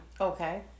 Okay